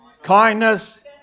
Kindness